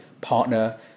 partner